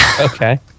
okay